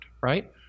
right